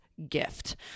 gift